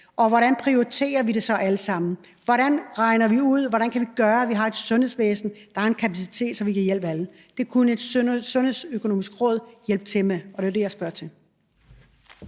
Hvordan prioriterer vi så det alt sammen? Hvordan regner vi det ud, og hvad kan vi gøre, for at vi har et sundhedsvæsen, der har en kapacitet, så vi kan hjælpe alle? Det kunne et sundhedsøkonomisk råd hjælpe til med, og det er det, jeg spørger til.